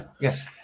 Yes